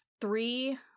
three